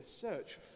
search